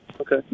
okay